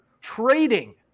trading